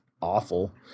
awful